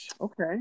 Okay